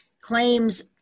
claims